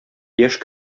яшь